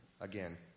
again